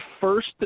first –